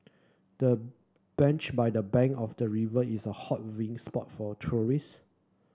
the bench by the bank of the river is a hot viewing spot for tourists